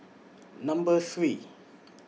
Number three